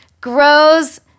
grows